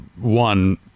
one